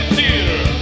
Theater